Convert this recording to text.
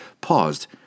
paused